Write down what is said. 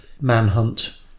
Manhunt